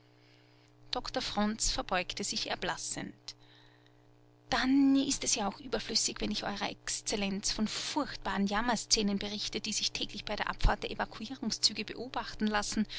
doktor fronz verbeugte sich erblassend dann ist es ja auch überflüssig wenn ich eurer exzellenz von furchtbaren jammerszenen berichte die sich täglich bei der abfahrt der evakuierungszüge beobachten lassen